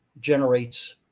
generates